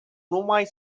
numai